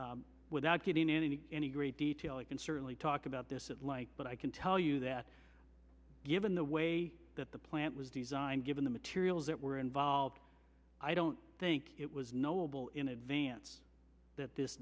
years without getting anything any great detail i can certainly talk about this it like but i can tell you that given the way that the plant was designed given the materials that were involved i don't think it was knowable in advance that this